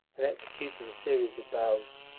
and executing a series of bows.